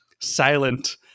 silent